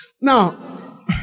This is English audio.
Now